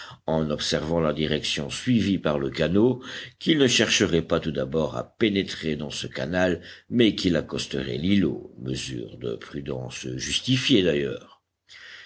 en observant la direction suivie par le canot qu'il ne chercherait pas tout d'abord à pénétrer dans ce canal mais qu'il accosterait l'îlot mesure de prudence justifiée d'ailleurs